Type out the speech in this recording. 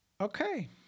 Okay